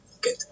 good